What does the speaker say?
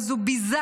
ועצוב מכול,